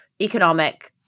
economic